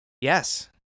Yes